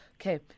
Okay